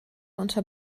unter